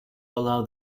allow